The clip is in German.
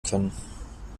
können